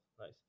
Nice